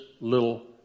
little